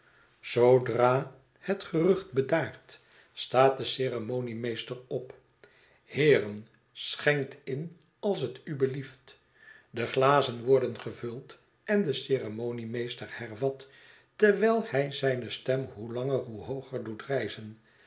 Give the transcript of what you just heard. zoodra het gerucht bedaart staat de ceremoniemeester op heeren schenkt in als het u belieft de glazen worden gevuld en de ceremoniemeester hervat terwyl hij zijne stem hoe langer hoe hooger doet rijzen